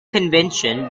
convention